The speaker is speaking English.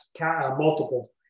multiple